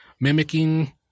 mimicking